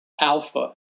alpha